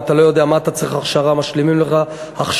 אתה לא יודע ובמה אתה צריך הכשרה ומשלימים לך הכשרות.